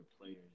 players